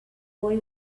boy